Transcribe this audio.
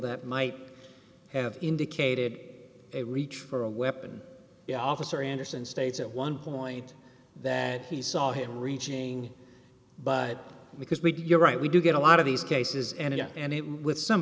that might have indicated a reach for a weapon the officer anderson states at one point that he saw him reaching but because we do you're right we do get a lot of these cases and it and it with some